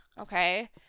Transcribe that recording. Okay